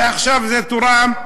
ועכשיו זה תורם,